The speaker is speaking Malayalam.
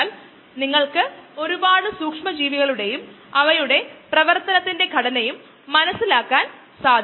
ബാച്ച് കൺഡിന്യുസ് ഫെഡ് ബാച്ച് എന്നിവ 3 കോമൺ ബയോ റിയാക്ടർ ഓപ്പറേറ്റിംഗ് മോഡുകൾ ആണ്